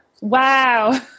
wow